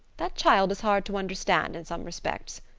that child is hard to understand in some respects.